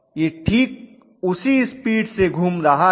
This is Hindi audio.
यह ठीक उसी स्पीड से घूम रहा है